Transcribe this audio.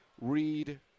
read